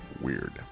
weird